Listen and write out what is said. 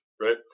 right